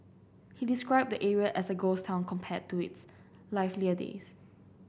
he described the area as a ghost town compared to its livelier days